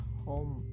home